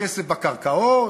הכסף בקרקעות?